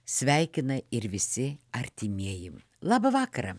sveikina ir visi artimieji labą vakarą